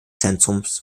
zentrums